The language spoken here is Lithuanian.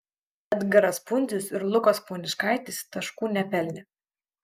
edgaras pundzius ir lukas poniškaitis taškų nepelnė